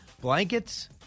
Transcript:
blankets